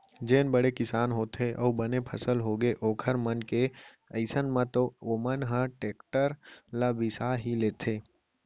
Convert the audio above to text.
जेन बड़े किसान होथे अउ बने फसल होगे ओखर मन के अइसन म तो ओमन ह टेक्टर ल बिसा ही लेथे